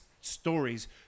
stories